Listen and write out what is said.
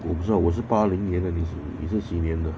我不知道我是八零年的你是你是几年的